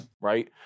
Right